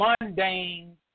mundane